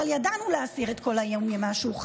אבל ידענו להסיר את כל האיומים מהשולחן.